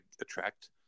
attract